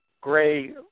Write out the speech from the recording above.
gray